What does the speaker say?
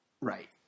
Right